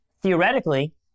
theoretically